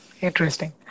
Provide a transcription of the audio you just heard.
Interesting